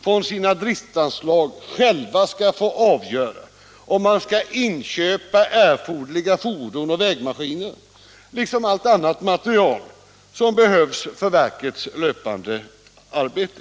från sina driftsanslag självt skall få avgöra om man skall inköpa erforderliga fordon och vägmaskiner liksom allt annat material som behövs för verkets löpande arbete.